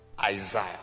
Isaiah